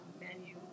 menu